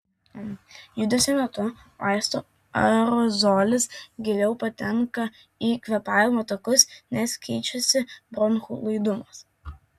judesio metu vaisto aerozolis giliau patenka į kvėpavimo takus nes keičiasi bronchų laidumas